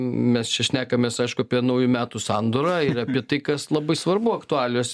mes čia šnekamės aišku apie naujų metų sandūrą eilę ir apie tai kas labai svarbu aktualijos